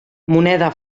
moneda